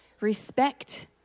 Respect